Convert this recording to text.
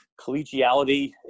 collegiality